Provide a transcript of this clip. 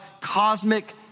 cosmic